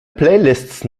playlists